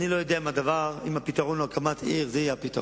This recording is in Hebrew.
אני לא יודע אם הפתרון של הקמת עיר הוא יהיה הפתרון.